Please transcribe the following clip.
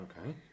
Okay